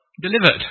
delivered